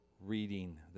reading